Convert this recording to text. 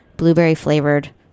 blueberry-flavored